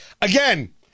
again